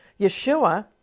Yeshua